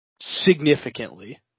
significantly